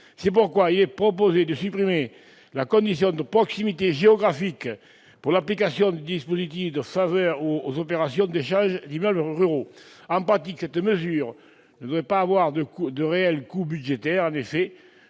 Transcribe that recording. C'est pourquoi nous vous proposons de supprimer la condition de proximité géographique pour l'application des dispositifs de faveur aux opérations d'échanges d'immeubles ruraux. En pratique, cette mesure ne devrait pas avoir de réel coût budgétaire. En effet,